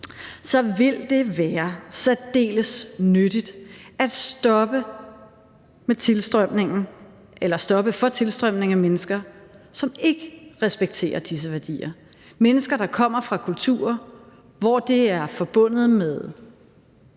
vil det være særdeles nyttigt at stoppe for tilstrømningen af mennesker, som ikke respekterer disse værdier; mennesker, der kommer fra kulturer, hvor det er forbundet med